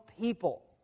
people